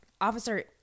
officer